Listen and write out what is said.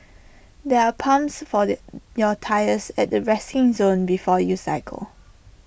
there are pumps for the your tyres at the resting zone before you cycle